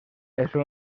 eso